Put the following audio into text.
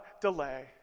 delay